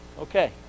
okay